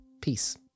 Peace